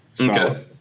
Okay